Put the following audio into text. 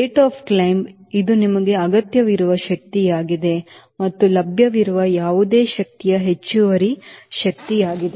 ಏರುವಿಕೆಯ ದರ ಇದು ನಿಮಗೆ ಅಗತ್ಯವಿರುವ ಶಕ್ತಿಯಾಗಿದೆ ಮತ್ತು ಲಭ್ಯವಿರುವ ಯಾವುದೇ ಶಕ್ತಿಯು ಹೆಚ್ಚುವರಿ ಶಕ್ತಿಯಾಗಿದೆ